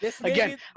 Again